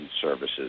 services